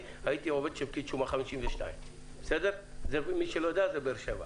שהייתי עובד של פקיד שומה 52. למי שלא יודע זה באר שבע.